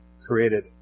created